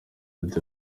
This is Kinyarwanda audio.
abdel